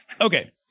Okay